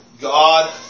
God